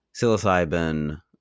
psilocybin